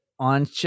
On